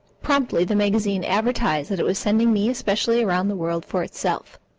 promptly the magazine advertised that it was sending me especially around the world for itself.